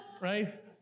right